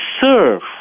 serve